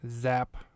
zap